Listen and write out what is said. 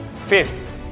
Fifth